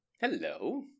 Hello